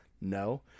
no